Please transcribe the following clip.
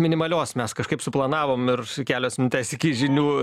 minimalios mes kažkaip suplanavom ir kelios minutės iki žinių